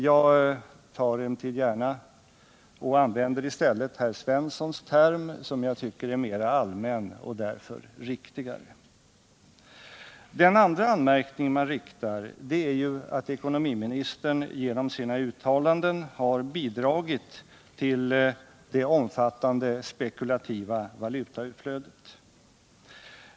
Jag använder i ställer Olle Svenssons term, som jag tycker är mera allmän och därför riktigare. Den andra anmärkningen man riktar är att ekonomiministern genom sina uttalanden har bidragit till det omfattande spekulativa valutautflödet.